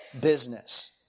business